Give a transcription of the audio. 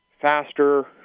faster